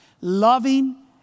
Loving